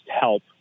help